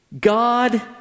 God